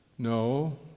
No